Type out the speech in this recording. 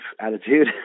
attitude